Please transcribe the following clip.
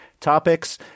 topics